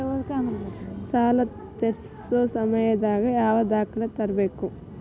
ಸಾಲಾ ತೇರ್ಸೋ ಸಮಯದಾಗ ಯಾವ ದಾಖಲೆ ತರ್ಬೇಕು?